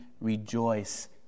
rejoice